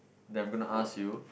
that I'm gonna ask you